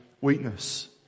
weakness